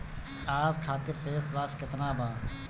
आज खातिर शेष राशि केतना बा?